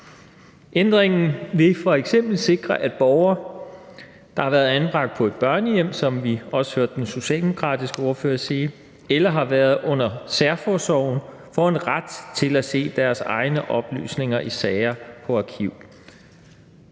Ændringen vil f.eks. sikre, at borgere, der har været anbragt på et børnehjem – som vi også hørte den socialdemokratiske ordfører sige – eller har været under særforsorgen, får en ret til at se deres egne oplysninger i sager på arkiv.